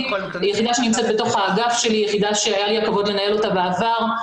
יחידה שנמצאת בתוך האגף שלי שהיה לי הכבוד לנהל אותה בעבר.